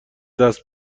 دست